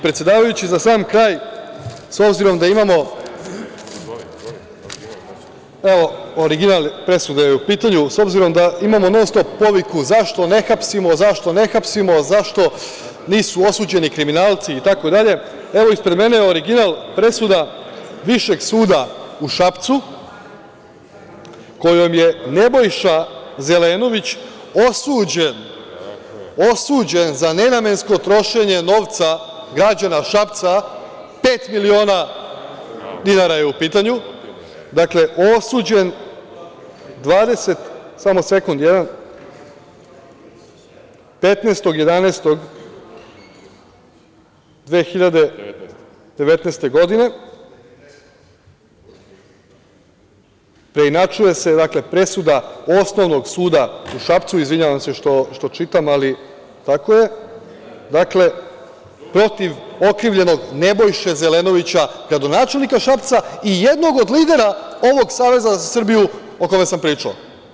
Predsedavajući, za sam kraj, s obzirom da imamo, evo, original presuda je u pitanju, s obzirom da imamo non-stop poviku zašto ne hapsimo, zašto nisu osuđeni kriminalci itd, evo, ispred mene je original presuda Višeg suda u Šapcu, kojom je Nebojša Zelenović osuđen za nenamensko trošenje novca građana Šapca pet miliona dinara, dakle, osuđen 15. novembra 2019. godine, preinačuje se presuda Osnovnog suda u Šapcu, izvinjavam se što čitam, ali tako je, dakle, protiv okrivljenog Nebojše Zelenovića, gradonačelnika Šapca i jednog od lidera ovog Saveza za Srbiju o kome sam pričao.